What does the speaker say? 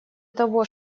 того